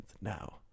now